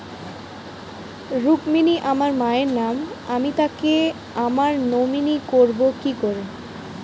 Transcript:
রুক্মিনী আমার মায়ের নাম আমি তাকে আমার নমিনি করবো কি করে?